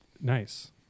nice